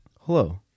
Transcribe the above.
hello